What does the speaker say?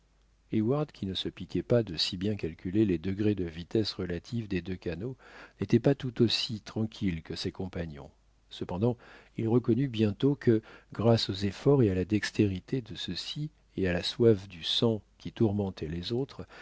heyward qui ne se piquait pas de si bien calculer les degrés de vitesse relative des deux canots n'était pas tout à fait aussi tranquille que ses compagnons cependant il reconnut bientôt que grâce aux efforts et à la dextérité de ceux-ci et à la soif du sang qui tourmentait les autres